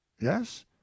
yes